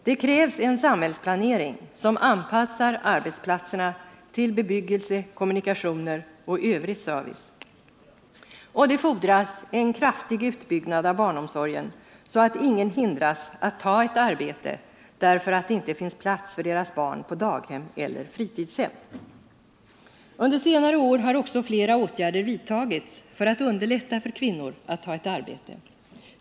Det krävs en samhällsplanering som anpassar arbetsplatserna till bebyggelse, kommunikationer och övrig service. Det fordras en kraftig utbyggnad av barnomsorgen, så att ingen hindras att ta ett arbete därför att det inte finns plats för deras barn på daghem eller fritidshem. Under senare år har också flera åtgärder vidtagits för att underlätta för kvinnor att ta ett arbete.